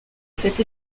cette